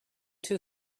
two